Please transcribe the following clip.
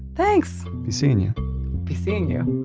thanks! be seeing you be seeing you